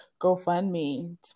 GoFundMe